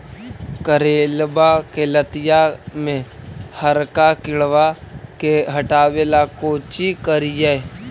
करेलबा के लतिया में हरका किड़बा के हटाबेला कोची करिए?